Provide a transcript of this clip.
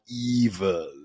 evil